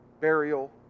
burial